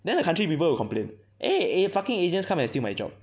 then the country people will complain eh eh you fucking you just come and steal my job